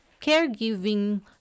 caregiving